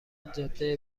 جاده